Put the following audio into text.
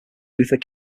luther